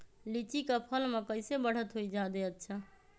लिचि क फल म कईसे बढ़त होई जादे अच्छा?